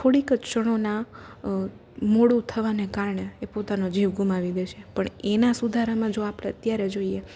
થોડીક જ ક્ષણોના મોડું થવાને કારણે એ પોતાનો જીવ ગુમાવી બેસે પણ એના સુધારામાં જો આપણે અત્યારે જોઈએ